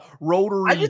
rotary